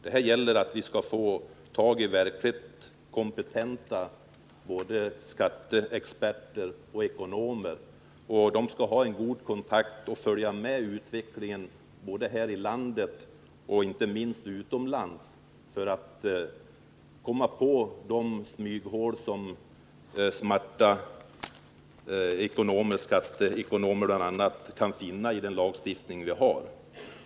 Det gäller att få tag på verkligt kompetenta skatteexperter och ekonomer, som kan följa utvecklingen här i landet och inte minst utomlands för att komma på de smyghål som bl.a. smarta skattskyldiga kan finna i den lagstiftning vi har.